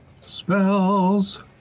spells